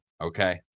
Okay